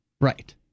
Right